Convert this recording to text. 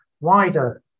wider